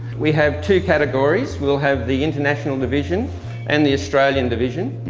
we have two categories, we'll have the international division and the australian division.